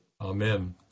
Amen